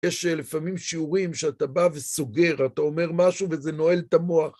יש לפעמים שיעורים שאתה בא וסוגר, אתה אומר משהו וזה נועל את המוח.